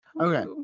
Okay